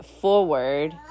forward